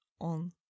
on